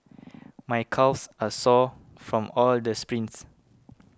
my calves are sore from all the sprints